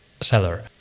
seller